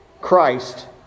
Christ